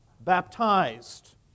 Baptized